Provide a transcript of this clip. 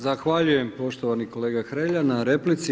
Zahvaljujem poštovani kolega Hrelja na replici.